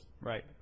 right